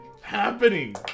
happening